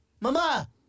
mama